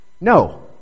No